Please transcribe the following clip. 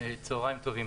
צהריים טובים.